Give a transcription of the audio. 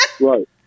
Right